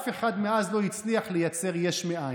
אף אחד מאז לא הצליח לייצר יש מאין.